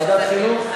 לוועדת חינוך,